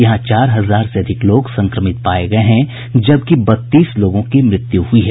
यहां चार हजार से अधिक लोग संक्रमित पाये गये हैं जबकि बत्तीस लोगों की मृत्यु हुई है